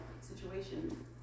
situation